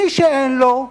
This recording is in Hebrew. מי שאין לו,